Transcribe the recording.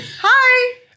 hi